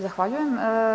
Zahvaljujem.